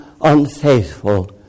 unfaithful